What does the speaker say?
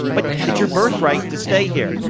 but it's your birth right to stay here.